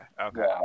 okay